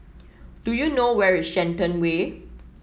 do you know where is Shenton Way